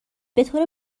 بطور